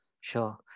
sure